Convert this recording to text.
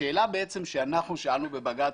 השאלה בעצם שאנחנו שאלנו בבג"צ,